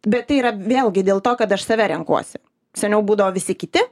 bet tai yra vėlgi dėl to kad aš save renkuosi seniau būdavo visi kiti